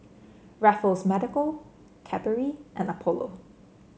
Raffles Medical Cadbury and Apollo